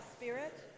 spirit